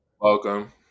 Welcome